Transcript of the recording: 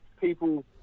people